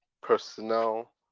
personal